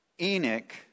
Enoch